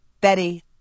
Betty